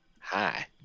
Hi